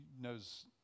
knows